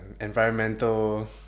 environmental